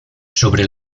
sobre